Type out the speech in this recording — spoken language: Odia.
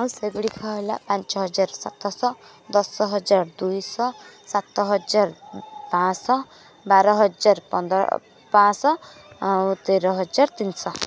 ଆଉ ସେଗୁଡ଼ିକ ହେଲା ପାଞ୍ଚ ହଜାର ସାତଶହ ଦଶ ହଜାର ଦୁଇଶହ ସାତ ହଜାର ପାଞ୍ଚ ଶହ ବାର ହଜାର ପାଞ୍ଚ ଶହ ଆଉ ତେର ହଜାର ତିନିଶହ